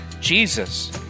Jesus